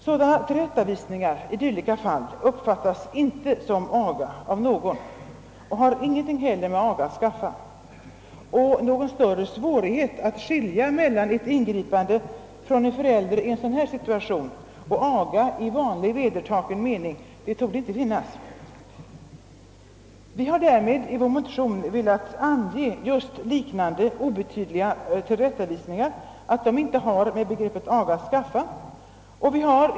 Sådana tillrättavisningar uppfattas inte av någon som aga och har heller ingenting med aga att skaffa. Någon större svårighet att skilja mellan ett ingripande från en förälder i en sådan situation och aga i vedertagen mening torde inte finnas. Vi har därmed i vår motion velat ange att just liknande obetydliga tillrättavisningar inte har med begreppet aga att skaffa.